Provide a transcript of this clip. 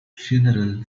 funeral